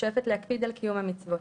שואפת להקפיד על קיום המצוות.